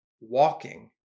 walking